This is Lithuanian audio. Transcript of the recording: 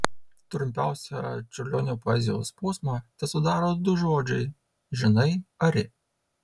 trumpiausią čiurlionio poezijos posmą tesudaro du žodžiai žinai ari